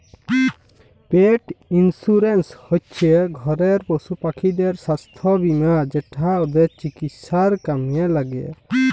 পেট insurance হচ্যে ঘরের পশুপাখিদের সাস্থ বীমা যেটা ওদের চিকিৎসায় কামে ল্যাগে